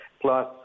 Plus